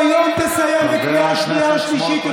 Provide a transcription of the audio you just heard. תחליף את האופוזיציה, זו המטרה.